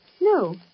No